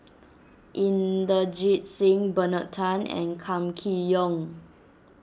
Inderjit Singh Bernard Tan and Kam Kee Yong